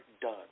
done